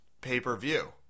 pay-per-view